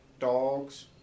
dogs